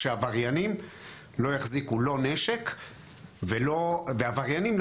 שעבריינים לא יחזיקו נשק ועבריינים לא